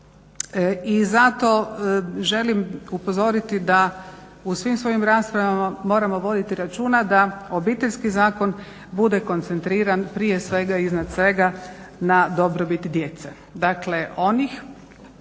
i zato želim upozoriti da u svim svojim raspravama moramo voditi računa da Obiteljski zakon bude koncentriran prije svega i iznad svega na dobrobit djece. Dakle, onih